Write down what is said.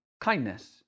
kindness